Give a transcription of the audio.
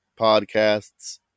podcasts